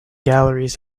galleries